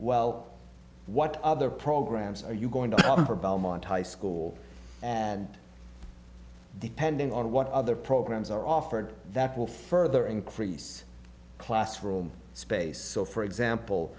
well what other programs are you going to for belmont high school and depending on what other programs are offered that will further increase classroom space so for example